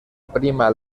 prima